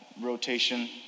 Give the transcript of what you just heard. rotation